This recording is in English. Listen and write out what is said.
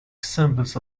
examples